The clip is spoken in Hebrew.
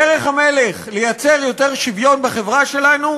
דרך המלך לייצר יותר שוויון בחברה שלנו,